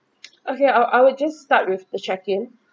okay I'll I will just start with the check in